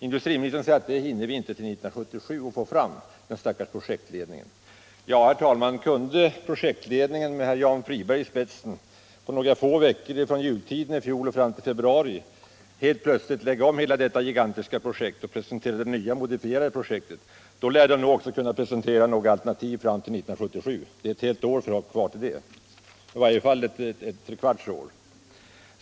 Industriministern säger att det hinner den stackars projektledningen inte få fram till 1977. Ja, herr talman, kunde projektledningen med herr Jan Friberg i spetsen på några få veckor från jultiden i fjol fram till februari helt plötsligt lägga om hela detta gigantiska projekt och presentera det nya, modifierade projektet, lär den också kunna presentera andra alternativ fram till 1977. Det är i varje fall nästan tre kvarts år kvar till dess.